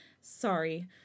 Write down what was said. sorry